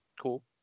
Cool